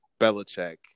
Belichick